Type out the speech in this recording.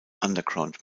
underground